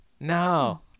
No